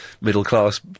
middle-class